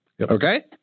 Okay